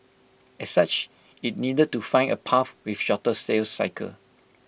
as such IT needed to find A path with shorter sales cycle